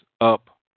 up